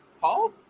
Paul